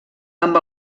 amb